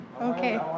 okay